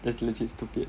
that's legit stupid